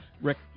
Rick